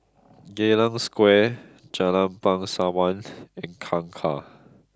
Geylang Square Jalan Bangsawan and Kangkar